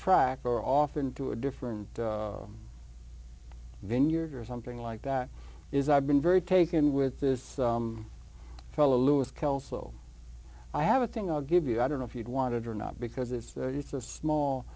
track or off into a different vineyard or something like that is i've been very taken with this fella louis kelso i have a thing i'll give you i don't know if he'd want to do or not because it's it's a small